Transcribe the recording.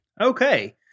Okay